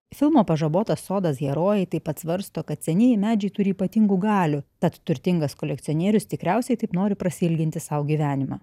filmo pažabotas sodas herojai taip pat svarsto kad senieji medžiai turi ypatingų galių tad turtingas kolekcionierius tikriausiai taip nori prailginti sau gyvenimą